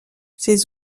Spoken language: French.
ces